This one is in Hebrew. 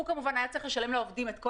הוא כמובן היה צריך לשלם לעובדים את כל